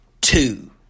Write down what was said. two